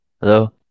Hello